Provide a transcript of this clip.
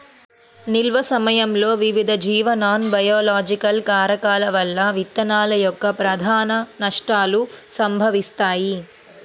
నిల్వ సమయంలో వివిధ జీవ నాన్బయోలాజికల్ కారకాల వల్ల విత్తనాల యొక్క ప్రధాన నష్టాలు సంభవిస్తాయి